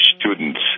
students